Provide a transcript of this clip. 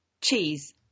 Cheese